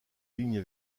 ligne